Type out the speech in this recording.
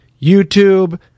YouTube